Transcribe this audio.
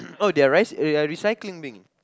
oh their rice eh recycling bin